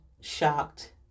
shocked